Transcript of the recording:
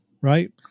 right